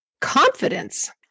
confidence